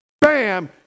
Bam